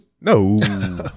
no